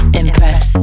impress